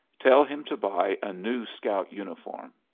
tell him to buy a new scout uniform.